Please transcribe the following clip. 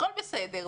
הכול בסדר.